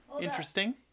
Interesting